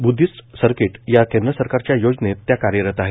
Buddhist circuit या केंद्र सरकारच्या योजनेत त्या कार्यरत आहेत